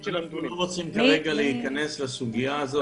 אנחנו לא רוצים להיכנס לסוגיה זו.